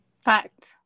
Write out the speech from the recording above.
Fact